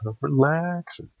relax